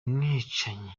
mwicanyi